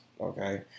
okay